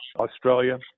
Australia